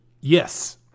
Yes